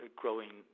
growing